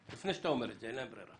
--- לפני שאתה אומר, אין להם ברירה.